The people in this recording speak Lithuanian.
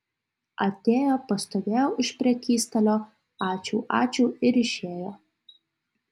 atėjo pastovėjo už prekystalio ačiū ačiū ir išėjo